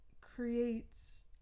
creates